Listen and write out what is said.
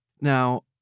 Now